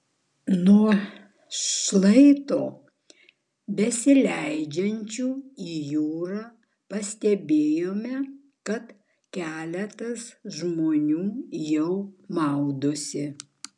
nuo šlaito besileidžiančio į jūrą pastebėjome kad keletas žmonių jau maudosi